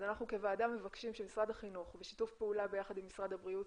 אז אנחנו כוועדה מבקשים שמשרד החינוך בשיתוף פעולה עם משרד הבריאות,